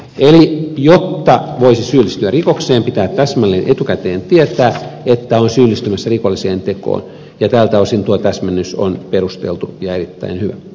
eli jotta voisi syyllistyä rikokseen pitää täsmälleen etukäteen tietää että on syyllistymässä rikolliseen tekoon ja tältä osin tuo täsmennys on perusteltu ja erittäin hyvä